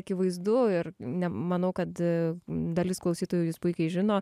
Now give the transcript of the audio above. akivaizdu ir nemanau kad dalis klausytojų jis puikiai žino